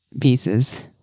pieces